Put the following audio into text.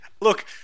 Look